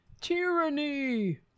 Tyranny